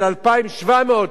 של 2,700,